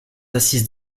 assises